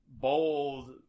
bold